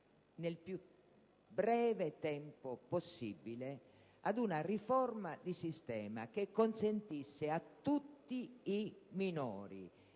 nel più breve tempo possibile ad una riforma di sistema che consentisse a tutti i minori,